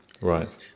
Right